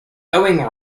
ewing